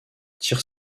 tire